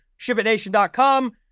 ShipItNation.com